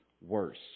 worse